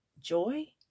joy